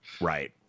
Right